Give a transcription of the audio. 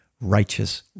righteous